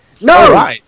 No